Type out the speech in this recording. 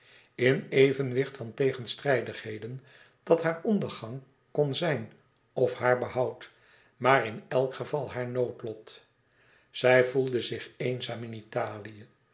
in evenwicht van tegenstrijdigheden dat haar ondergang kon zijn of haar behoud maar in elk geval haar noodlot zij voelde zich eenzaam in italië